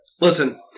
Listen